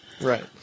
Right